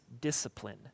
discipline